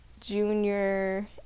junior